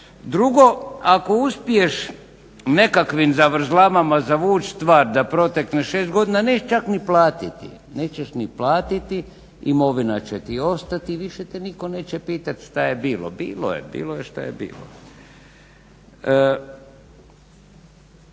Drugo, ako uspiješ nekakvim zavrzlamama zavući stvar da protekne šest godina nećeš čak ni platiti, imovina će ti ostati i više te nitko neće pitati šta je bilo. Bilo je šta je bilo.